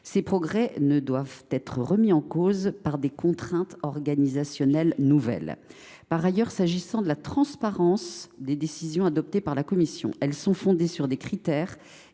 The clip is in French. Ces progrès ne doivent pas être remis en cause par des contraintes organisationnelles nouvelles. Pour ce qui est de la transparence des décisions adoptées par la commission, je précise que celles ci sont fondées sur des critères